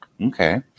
Okay